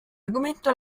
argomento